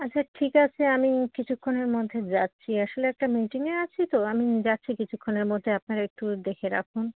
আচ্ছা ঠিক আছে আমি কিছুক্ষণের মধ্যে যাচ্ছি আসলে একটা মিটিংয়ে আছি তো আমি যাচ্ছি কিছুক্ষণের মধ্যে আপনারা একটু দেখে রাখুন